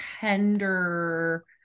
tender